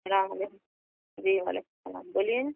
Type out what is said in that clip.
سلام علیکم جی وعلیکم السلام بولیے